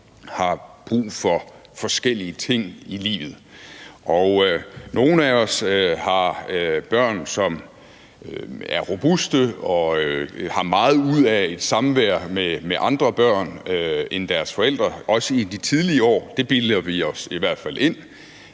har brug for forskellige ting i livet. Nogle af os har børn, som er robuste og har meget ud af et samvær med andre børn end deres forældre, også i de tidlige år. Det bilder vi os i